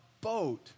boat